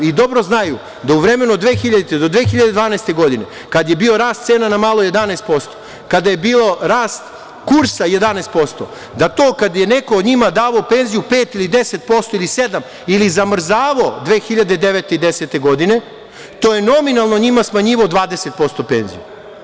I, dobro znaju da u vremenu od 2000. do 2012. godine, kad je bio rast cena na malo 11%, kada je bio rast kursa 11%, da to kad je neko njima davao penziju 5%, 7%, 10% ili zamrzavao 2009. i 2010. godine, to je nominalno njima smanjivao 20% penziju.